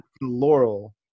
laurel